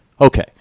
Okay